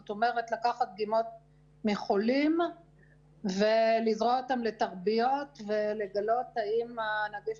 זאת אומרת לקחת דגימות מחולים ולזרוע אותם לתרביות ולגלות האם הנגיף